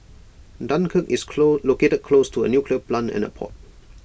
Dunkirk is close located close to A nuclear plant and A port